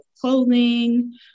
clothing